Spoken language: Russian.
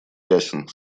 ясен